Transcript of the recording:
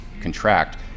contract